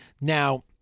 Now